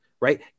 right